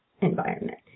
environment